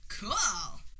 Cool